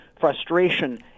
frustration